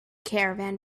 caravan